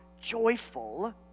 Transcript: joyful